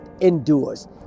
endures